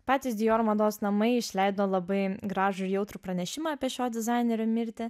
patys dior mados namai išleido labai gražų jautrų pranešimą apie šio dizainerio mirtį